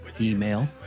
email